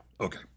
Okay